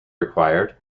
required